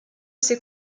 ses